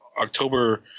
October